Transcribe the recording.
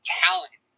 talent